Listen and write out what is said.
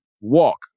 Walk